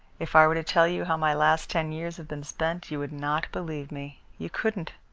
if i were to tell you how my last ten years have been spent, you would not believe me. you couldn't.